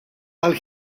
għal